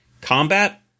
combat